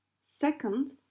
Second